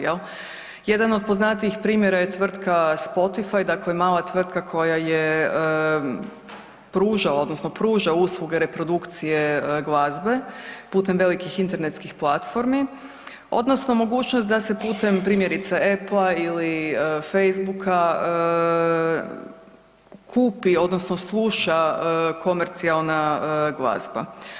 Jedan od poznatijih primjera je tvrtka Spotify mala tvrtka koja je pružala odnosno pruža usluge reprodukcije glazbe putem velikih internetskih platformi odnosno mogućnost da se putem primjerice Applea ili Facebooka kupi odnosno sluša komercijalna glazba.